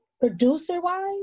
Producer-wise